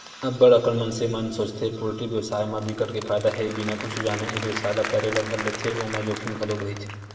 अब्ब्ड़ अकन मनसे मन सोचथे पोल्टी बेवसाय म बिकट के फायदा हे बिना कुछु जाने ए बेवसाय ल करे ल धर लेथे ओमा जोखिम घलोक रहिथे